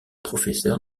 professeur